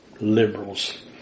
liberals